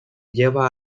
lleva